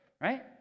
right